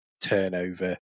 turnover